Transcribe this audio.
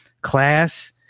class